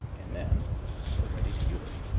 and then you're ready to use it.